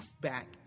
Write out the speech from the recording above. back